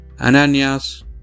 Ananias